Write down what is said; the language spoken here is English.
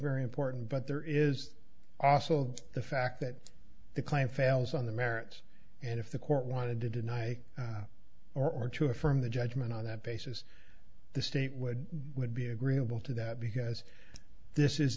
very important but there is also the fact that the claim fails on the merits and if the court wanted to deny or to affirm the judgement on that basis the state would would be agreeable to that because this is